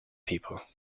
people